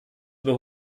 über